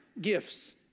gifts